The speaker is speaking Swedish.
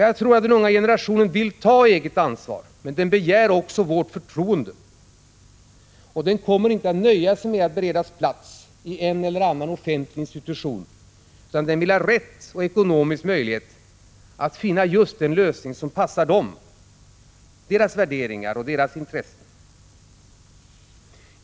Jag tror att den unga generationen vill ta eget ansvar, men den begär också vårt förtroende. Den kommer inte att nöja mig med att beredas plats i en eller annan offentlig institution. De unga vill ha rätt och ekonomisk möjlighet att finna just den lösning som passar dem, deras värderingar och deras intressen.